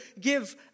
give